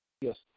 Yes